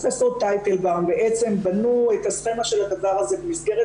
פרופ' טייטלבאום בעצם בנו את הסכימה של הדבר הזה במסגרת